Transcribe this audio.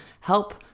help